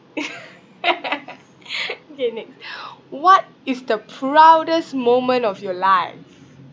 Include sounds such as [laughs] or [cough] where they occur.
[laughs] okay next what is the proudest moment of your life